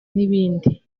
n’ibindi